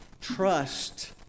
Trust